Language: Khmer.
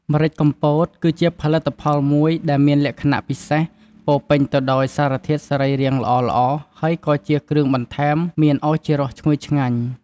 ម្រេចកំពតគឺជាផលិតផលមួយដែលមានលក្ខណៈពិសេស ពោរពេញទៅដោយសារធាតុសរីរាង្គល្អៗ ហើយក៏ជាគ្រឿងបន្ថែមមានឱជារសឈ្ងុយឆ្ងាញ់។